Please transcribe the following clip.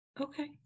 Okay